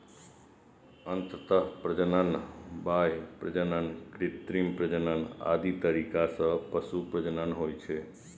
अंतः प्रजनन, बाह्य प्रजनन, कृत्रिम प्रजनन आदि तरीका सं पशु प्रजनन होइ छै